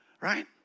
Right